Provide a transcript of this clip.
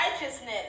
righteousness